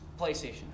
PlayStation